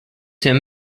him